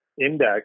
Index